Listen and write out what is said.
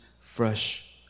fresh